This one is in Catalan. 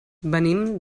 venim